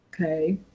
okay